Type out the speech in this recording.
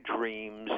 dreams